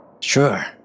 sure